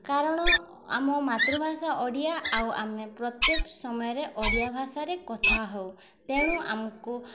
କାରଣ ଆମ ମାତୃଭାଷା ଓଡ଼ିଆ ଆଉ ଆମେ ପ୍ରତ୍ୟେକ ସମୟରେ ଓଡ଼ିଆ ଭାଷାରେ କଥା ହଉ ତେଣୁ ଆମକୁ